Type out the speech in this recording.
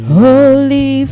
holy